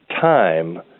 time